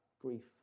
grief